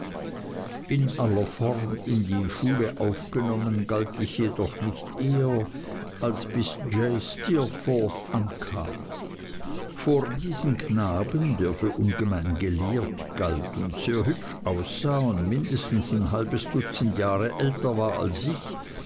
in aller form in die schule aufgenommen galt ich jedoch nicht eher als bis j steerforth ankam vor diesen knaben der für ungemein gelehrt galt und sehr hübsch aussah und mindestens ein halbes dutzend jahre älter war als ich